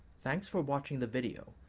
thanks for watching the video,